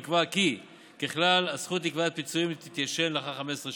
נקבע כי ככלל הזכות לתביעת הפיצויים תתיישן לאחר 15 שנה.